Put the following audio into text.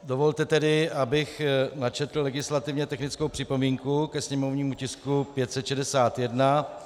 Dovolte tedy, abych načetl legislativně technickou připomínku ke sněmovnímu tisku 561.